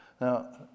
Now